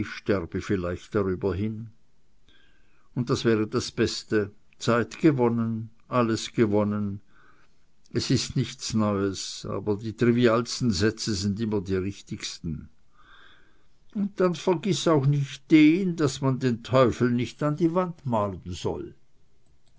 sterbe vielleicht darüber hin und das wäre das beste zeit gewonnen alles gewonnen es ist nichts neues aber die trivialsten sätze sind immer die richtigsten dann vergiß auch nicht den daß man den teufel nicht an die wand malen soll